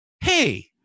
Hey